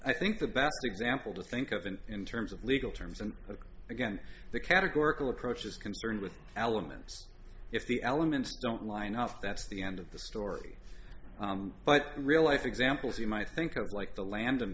i think the best example to think of and in terms of legal terms and but again the categorical approach is concerned with elements if the elements don't line up that's the end of the story but real life examples you might think of like the land